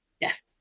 Yes